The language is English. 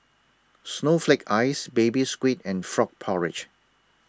Snowflake Ice Baby Squid and Frog Porridge